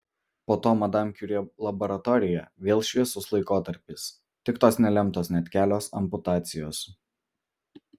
po to madam kiuri laboratorija vėl šviesus laikotarpis tik tos nelemtos net kelios amputacijos